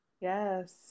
Yes